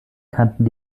kanten